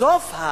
בסוף מה